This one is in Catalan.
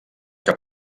que